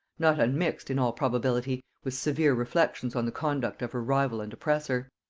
not unmixed, in all probability, with severe reflections on the conduct of her rival and oppressor.